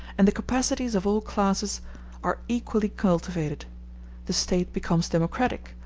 and the capacities of all classes are equally cultivated the state becomes democratic,